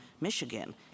Michigan